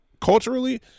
Culturally